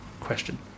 question